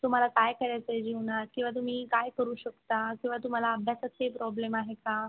तुम्हाला काय करायचं आहे जीवनात किंवा तुम्ही काय करू शकता किंवा तुम्हाला अभ्यासात काही प्रॉब्लेम आहे का